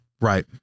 Right